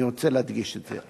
אני רוצה להדגיש את זה.